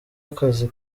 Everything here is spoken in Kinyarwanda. akazi